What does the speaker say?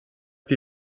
die